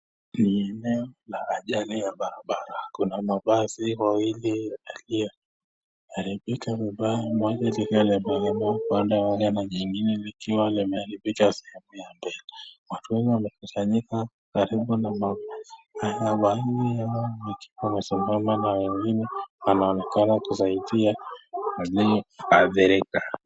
Ni eneo ya ajali ya barabara, kuna mabasi mawili yaliyo haribika vibaya, moja liikiwa limelemewa kuenda wale majingine likiwa limeharibika sehemu ya mbele. Watu wengi wamekusanyika karibu na wanaonekana kusaidia walio adhirika.